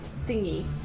thingy